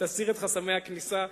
תסיר את חסמי הכניסה,